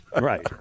Right